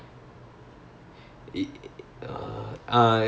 oh ya electricity also they I had to khan academy that